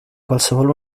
qualsevol